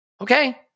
Okay